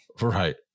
Right